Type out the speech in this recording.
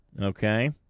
okay